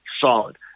solid